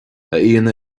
aíonna